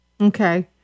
Okay